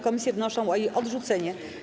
Komisje wnoszą o jej odrzucenie.